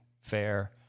fair